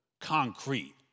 concrete